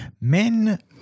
Men